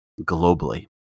globally